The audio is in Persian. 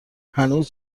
هنوز